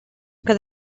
que